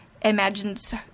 imagines